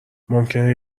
ممکنه